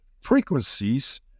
frequencies